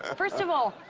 ah first of all,